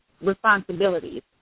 responsibilities